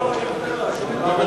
לא, אני מוותר על ההצבעה.